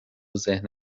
ذهن